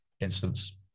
instance